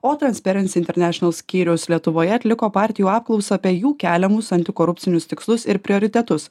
o transperens internešinal skyriaus lietuvoje atliko partijų apklausą apie jų keliamus antikorupcinius tikslus ir prioritetus